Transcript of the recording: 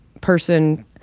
person